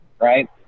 right